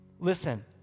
listen